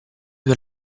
per